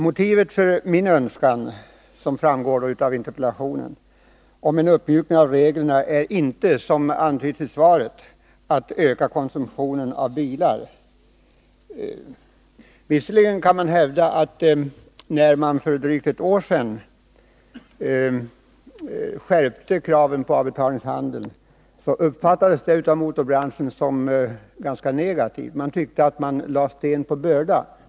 Motivet för min önskan i interpellationen om en uppmjukning av reglerna är inte, vilket antyds i svaret, att öka konsumtionen av bilar. Man kan visserligen hävda att när kraven på avbetalningshandeln skärptes för drygt ett år sedan, uppfattades detta inom motorbranschen som negativt, då man ansåg att sten lades på börda.